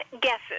guesses